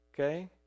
Okay